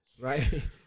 right